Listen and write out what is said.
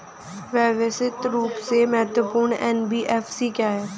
व्यवस्थित रूप से महत्वपूर्ण एन.बी.एफ.सी क्या हैं?